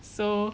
so